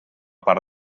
part